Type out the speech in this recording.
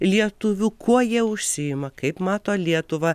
lietuvių kuo jie užsiima kaip mato lietuvą